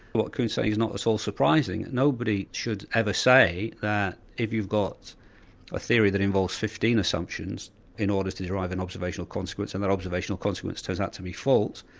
what kuhn's saying is not at all surprising. nobody should ever say that if you've got a theory that involves fifteen assumptions in order to derive an observational consequence and that observational consequence turns out to be false,